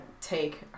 take